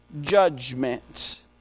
judgment